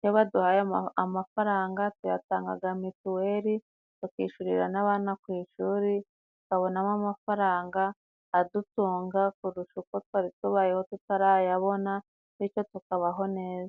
iyo baduhaye amafaranga tuyatanga mituweli, tukishyurira n'abana ku ishuri, tukabona amafaranga adutunga kurusha uko twari tubayeho tutarayabona, bityo tukabaho neza.